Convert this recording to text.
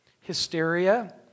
hysteria